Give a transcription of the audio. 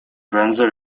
węzeł